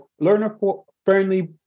learner-friendly